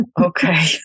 Okay